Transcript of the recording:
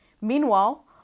Meanwhile